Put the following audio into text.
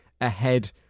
ahead